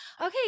okay